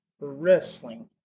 wrestling